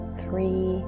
three